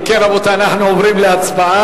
אם כן, רבותי, אנחנו עוברים להצבעה.